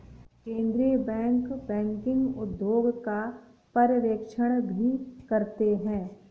केन्द्रीय bank banking उद्योग का पर्यवेक्षण भी करते हैं